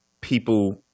people